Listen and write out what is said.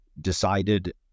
decided